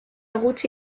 gutxi